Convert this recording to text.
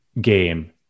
game